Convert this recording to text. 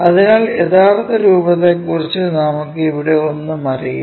അതിനാൽ യഥാർത്ഥ രൂപത്തെക്കുറിച്ച് നമുക്ക് ഇവിടെ ഒന്നും അറിയില്ല